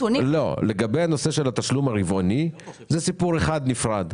לגבי הנושא של התשלום הרבעוני זה סיפור אחד נפרד.